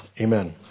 amen